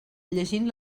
llegint